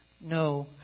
no